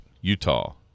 utah